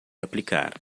aplicar